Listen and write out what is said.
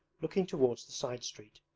looking towards the side street.